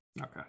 okay